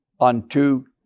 unto